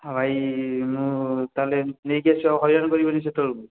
ହଉ ଭାଇ ମୁଁ ତାହେଲେ ନେଇକି ଆସିବ ଆଉ ହଇରାଣ କରିବେନି ସେତେବେଳକୁ